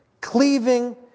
cleaving